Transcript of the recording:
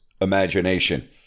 imagination